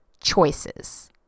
Choices